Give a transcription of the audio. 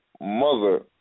mother